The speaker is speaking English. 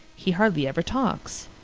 he hardly ever talks.